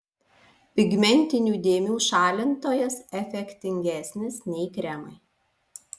pigmentinių dėmių šalintojas efektingesnis nei kremai